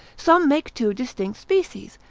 some make two distinct species,